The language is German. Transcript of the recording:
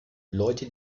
leute